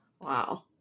Wow